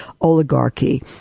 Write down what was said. oligarchy